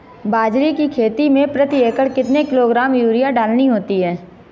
बाजरे की खेती में प्रति एकड़ कितने किलोग्राम यूरिया डालनी होती है?